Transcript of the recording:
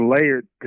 layered